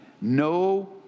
No